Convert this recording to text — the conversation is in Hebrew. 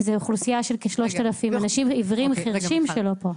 זאת אוכלוסייה של כ-3,000 עיוורים חירשים שלא פה.